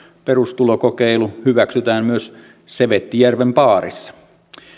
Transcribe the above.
perustulokokeilu hyväksytään myös sevettijärven baarissa